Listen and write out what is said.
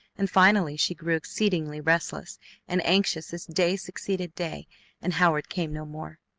and finally she grew exceedingly restless and anxious as day succeeded day and howard came no more.